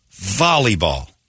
Volleyball